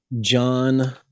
John